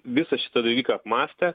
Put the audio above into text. visą šitą dalyką apmąstę